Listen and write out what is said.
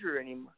anymore